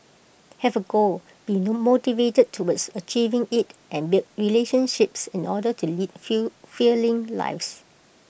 have A goal be no motivated towards achieving IT and build relationships in order to lead feel feeling lives